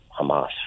Hamas